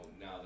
now